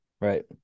right